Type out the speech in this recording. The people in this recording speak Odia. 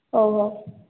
ହେଉ ହେଉ